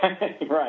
Right